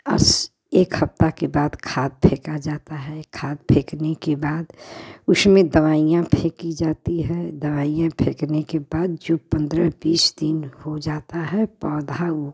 आस एक हफ्ता के बाद खाद फेंका जाता है खाद फेंकने के बाद उसमें दवाइयाँ फेंकी जाती है दवाइएं फेंकने के बाद जो पंद्रह बीस दिन हो जाता है पौधा वो